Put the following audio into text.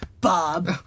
Bob